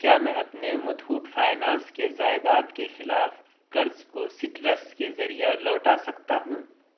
کیا میں اپنے متھوٹ فائنانس کے جائیداد کے خلاف قرض کو سٹرس کے ذریعے لوٹا سکتا ہوں